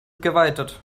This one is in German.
geweitet